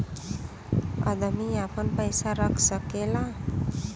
अदमी आपन पइसा रख सकेला